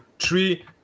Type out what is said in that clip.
three